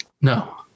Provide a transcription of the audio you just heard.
No